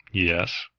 yes!